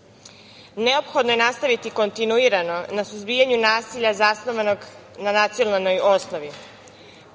druge. Neophodno je nastaviti kontinuirano na suzbijanju nasilja zasnovanog na nacionalnoj osnovi,